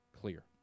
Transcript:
clear